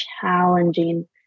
challenging